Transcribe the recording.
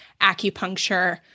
acupuncture